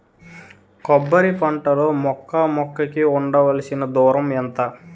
కొబ్బరి పంట లో మొక్క మొక్క కి ఉండవలసిన దూరం ఎంత